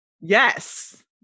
yes